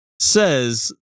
says